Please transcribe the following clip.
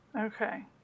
Okay